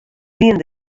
wiene